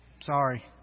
Sorry